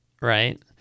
right